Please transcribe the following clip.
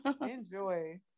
Enjoy